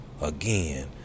Again